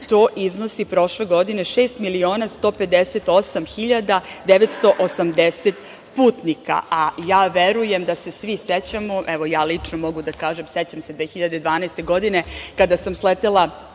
to iznosi, prošle godine 6.158.980 putnika, a ja verujem da se svi sećamo, evo. ja lično mogu da kažem, sećam se 2012. godine, kada sam sletela